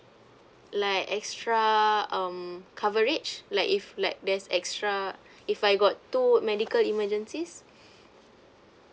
like extra um coverage like if like there is extra if I got two medical emergencies